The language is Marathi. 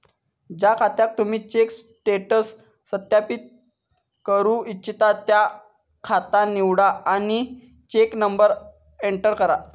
ज्या खात्याक तुम्ही चेक स्टेटस सत्यापित करू इच्छिता ता खाता निवडा आणि चेक नंबर एंटर करा